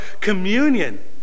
communion